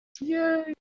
Yay